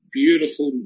beautiful